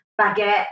baguette